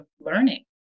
learning